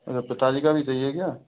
अरे पिताजी का भी चाहिए क्या